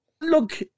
Look